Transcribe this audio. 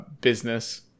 business